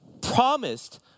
Promised